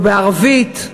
לא בערבית,